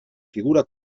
figura